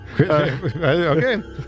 Okay